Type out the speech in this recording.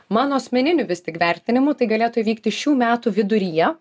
mano asmeniniu vis tik vertinimu tai galėtų įvykti šių metų viduryje